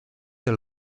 del